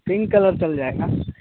pink colour चल जाएगा